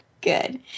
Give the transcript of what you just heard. good